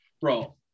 bro